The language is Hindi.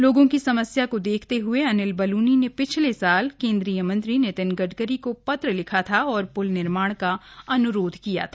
लोगों की समस्या को देखते हुए अनिल बलूनी ने पिछले साल केन्द्रीय मंत्री नितिन गडकरी को पत्र लिखा था और प्ल निर्माण का अन्रोध किया था